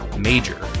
Major